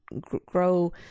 grow